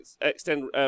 extend